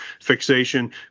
fixation